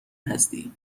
هستی